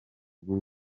bw’u